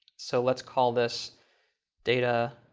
so let's call this data,